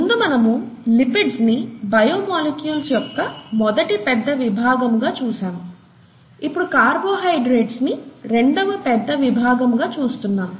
ముందు మనము లిపిడ్స్ ని బయో మాలిక్యూల్స్ యొక్క మొదటి పెద్ద విభాగముగా చూసాము ఇప్పుడు కార్బోహైడ్రేట్స్ ని రెండవ పెద్ద విభాగముగా చూస్తున్నాము